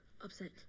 upset